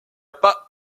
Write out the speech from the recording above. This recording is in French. pas